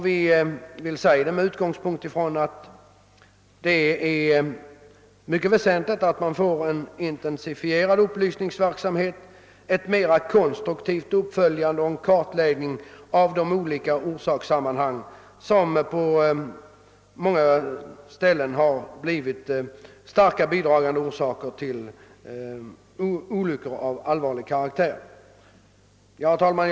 Vi vill säga detta med utgångspunkt från att det är mycket väsentligt att man får ett mera konstruktivt uppföljande och en intensifierad kartläggning av de olika orsakssammanhang som på många ställen starkt bidragit till olyckor av allvarlig karaktär. Herr talman!